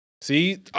See